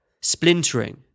splintering